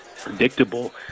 Predictable